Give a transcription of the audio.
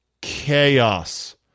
chaos